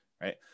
right